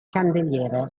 candeliere